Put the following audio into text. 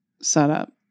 setup